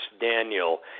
Daniel